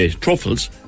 truffles